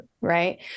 Right